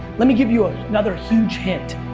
let me give you ah another huge hint,